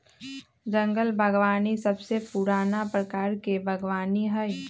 जंगल बागवानी सबसे पुराना प्रकार के बागवानी हई